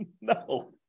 No